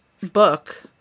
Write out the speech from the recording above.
book